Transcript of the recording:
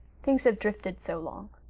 things have drifted so long.